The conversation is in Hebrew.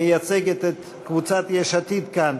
יחיאל חיליק בר,